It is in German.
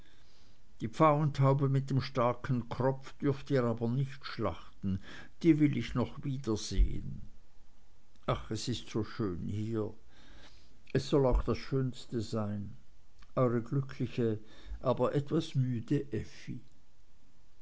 die pfauentaube mit dem starken kropf dürft ihr aber nicht schlachten die will ich noch wiedersehen ach es ist so schön hier es soll auch das schönste sein eure glückliche aber etwas müde effi